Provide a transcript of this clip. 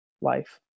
life